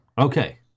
okay